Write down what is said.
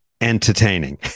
entertaining